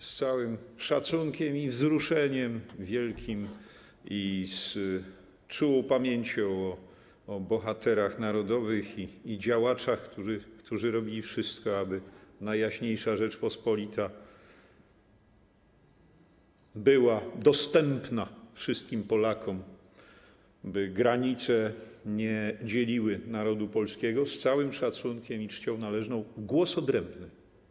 Z całym szacunkiem i wielkim wzruszeniem, i z czułą pamięcią o bohaterach narodowych i działaczach, którzy robili wszystko, aby Najjaśniejsza Rzeczpospolita była dostępna dla wszystkich Polaków, by granice nie dzieliły narodu polskiego, z całym szacunkiem i czcią należną - głos odrębny.